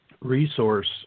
resource